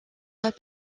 pas